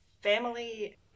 family